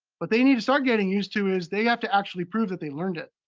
but they need to start getting used to is they have to actually prove that they learned it.